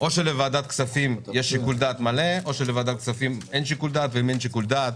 שלוועדת הכספים אין שיקול דעת,